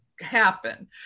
happen